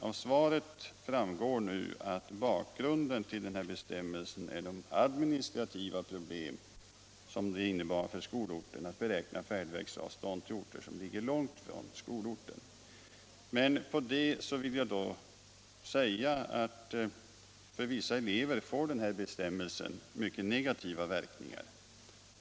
Av svaret framgår att bakgrunden till bestämmelsen är de administrativa problem som det innebar för skolkontoren att beräkna färdvägsavstånd till orter som ligger långt från skolorten. För vissa elever får den här bestämmelsen mycket negativa verkningar.